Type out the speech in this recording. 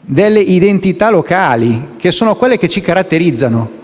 delle identità locali, che sono quelle che ci caratterizzano,